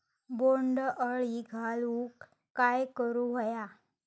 बोंड अळी घालवूक काय करू व्हया?